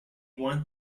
want